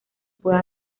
puede